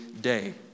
day